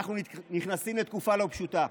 אנחנו נכנסים לתקופה לא פשוטה.